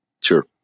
Sure